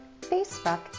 Facebook